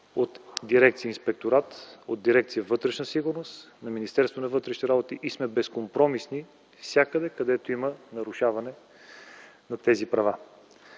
от дирекция „Инспекторат”, от дирекция „Вътрешна сигурност” на Министерството на вътрешните работи и сме безкомпромисни навсякъде, където има нарушаване на тези права.